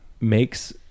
makes